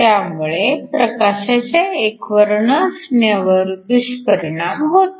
त्यामुळे प्रकाशाच्या एकवर्ण असण्यावर दुष्परिणाम होतो